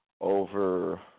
over